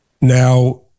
now